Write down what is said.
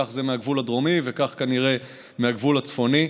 כך זה מהגבול הדרומי וכך כנראה מהגבול הצפוני.